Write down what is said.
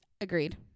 Agreed